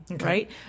right